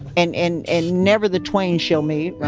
and and and never the twain shall meet. right?